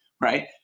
right